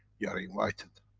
you are invited.